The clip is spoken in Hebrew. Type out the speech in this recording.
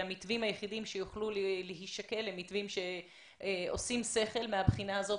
המתווים היחידים שיוכלו להישקל למתווים שעושים שכל מהבחינה הזאת,